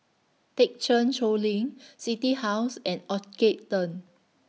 Thekchen Choling City House and Orchard Turn